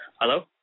Hello